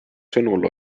sõnul